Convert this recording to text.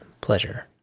pleasure